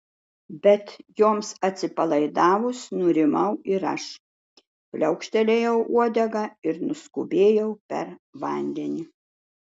bet joms atsipalaidavus nurimau ir aš pliaukštelėjau uodega ir nuskubėjau per vandenį